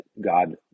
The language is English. God